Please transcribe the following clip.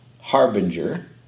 Harbinger